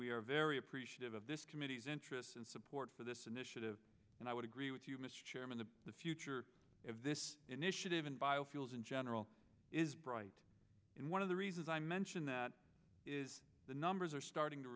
we are very appreciative of this committee's interest and support for this initiative and i would agree with you mr chairman the the future of this initiative in biofuels in general is bright and one of the reasons i mention that is the numbers are starting to